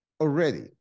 already